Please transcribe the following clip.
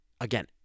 again